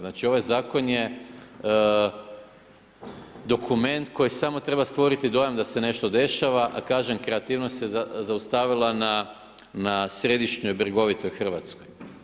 Znači ovaj zakon je dokument koji samo treba stvoriti dojam da se nešto dešava a kažem kreativnost je zaustavila na središnjoj bregovitoj Hrvatskoj.